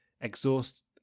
exhaust